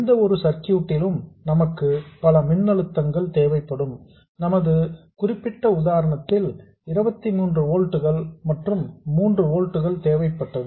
எந்த ஒரு சர்க்யூட் டிலும் நமக்கு பல dc மின்னழுத்தங்கள் தேவைப்படும் நமது குறிப்பிட்ட உதாரணத்தில் 23 ஓல்ட்ஸ் மற்றும் 3 ஓல்ட்ஸ் தேவைப்பட்டது